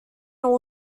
all